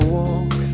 walk